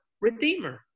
redeemer